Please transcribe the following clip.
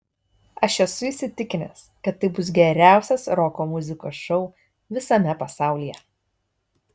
aš esu įsitikinęs kad tai bus geriausias roko muzikos šou visame pasaulyje